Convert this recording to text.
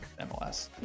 MLS